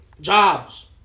jobs